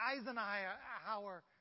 Eisenhower